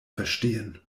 verstehen